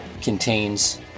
contains